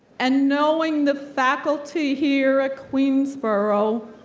and knowing the faculty here at queensborough,